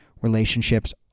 Relationships